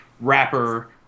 rapper